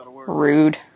Rude